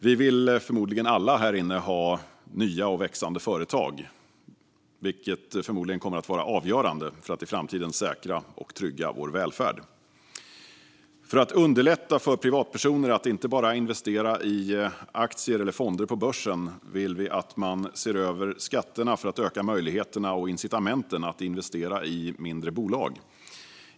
Vi vill alla här inne ha nya och växande företag, vilket förmodligen kommer att vara avgörande för att i framtiden säkra och trygga vår välfärd. För att underlätta för privatpersoner att inte bara investera i aktier eller fonder på börsen vill vi att man ska se över skatterna för att öka möjligheterna och incitamenten att investera i mindre bolag.